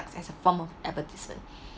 as a form of advertisement